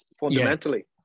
fundamentally